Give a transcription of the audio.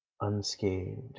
unscathed